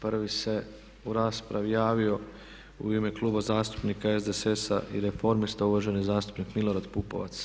Prvi se u raspravi javio u ime Kluba zastupnik SDSS-a i Reformista uvaženi zastupnik MIlorad Pupovac.